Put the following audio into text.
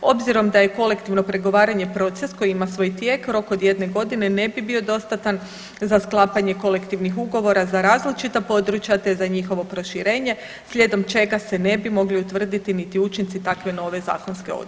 Obzirom da je kolektivno pregovaranje proces koji ima svoj tijek rok od jedne godine ne bi bio dostatan za sklapanje kolektivnih ugovora za različita područja, te za njihovo proširenje slijedom čega se ne bi mogli utvrditi niti učinci takve nove zakonske odredbe.